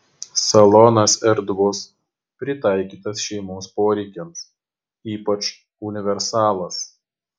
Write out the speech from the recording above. salonas erdvus pritaikytas šeimos poreikiams ypač universalas